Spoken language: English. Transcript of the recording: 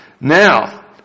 Now